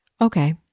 Okay